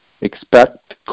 Expect